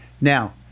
Now